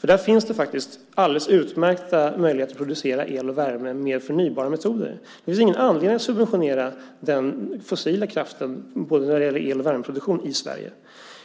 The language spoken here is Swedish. Där finns det alldeles utmärkta möjligheter att producera el och värme med förnybara metoder. Det finns ingen anledning att subventionera den fossila kraften när det gäller både el och värmeproduktion i Sverige.